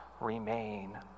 remain